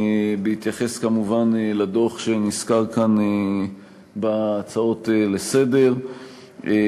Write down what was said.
בהתייחס כמובן לדוח שנזכר כאן בהצעות לסדר-היום,